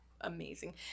amazing